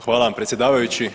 Hvala vam predsjedavajući.